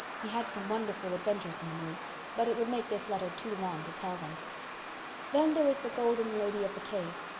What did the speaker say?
he had some wonderful adventures in the moon but it would make this letter too long to tell them then there is the golden lady of the cave.